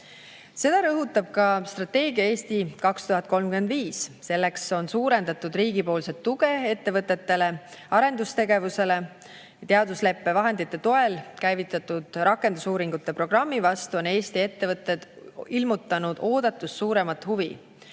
Seda rõhutab ka strateegia "Eesti 2035". Selleks on suurendatud riigipoolset tuge ettevõtetele ja arendustegevusele. Teadusleppe vahendite toel käivitatud rakendusuuringute programmi vastu on Eesti ettevõtted ilmutanud oodatust suuremat huvi.